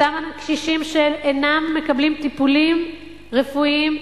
אותם קשישים שאינם מקבלים טיפולים רפואיים,